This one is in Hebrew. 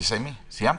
סיימת?